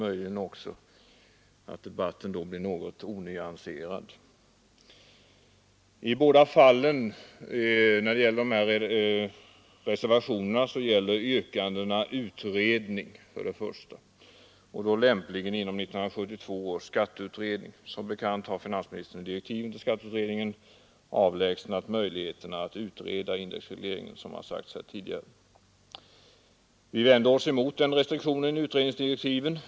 Debatten blir då också något onyanserad. I båda fallen gäller yrkandena utredning och då lämpligen inom 1972 års skatteutredning. Som bekant har finansministern i direktiven till skatteutredningen avlägsnat möjligheterna att utreda indexregleringen. Vi vänder oss mot den restriktionen i utredningsdirektiven.